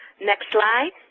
next slide,